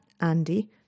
Andy